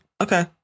Okay